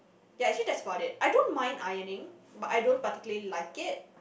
ya actually that's about it I don't mind ironing but I don't particularly like it